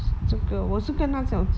这个我是跟他讲